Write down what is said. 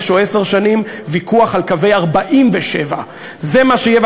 או עשר שנים ויכוח על קווי 47'. זה מה שיהיה,